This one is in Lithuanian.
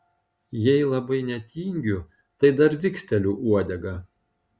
jei labai netingiu tai dar viksteliu uodega